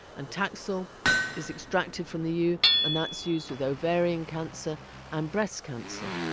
and taxol is extracted from the yew and that's used with ovarian cancer and breast cancer.